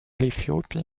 эфиопии